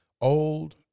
old